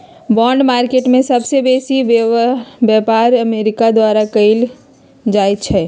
bond market में सबसे बेसी व्यापार अमेरिका द्वारा कएल जाइ छइ